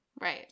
Right